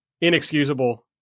inexcusable